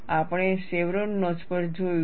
આપણે chevron notch પર જોયું છે